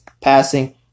passing